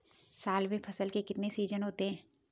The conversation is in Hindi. साल में फसल के कितने सीजन होते हैं?